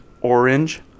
orange